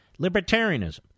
libertarianism